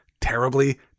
terribly